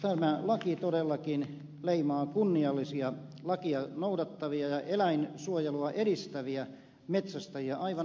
tämä laki todellakin leimaa kunniallisia lakia noudattavia ja eläinsuojelua edistäviä metsästäjiä aivan aiheettomasti